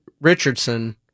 Richardson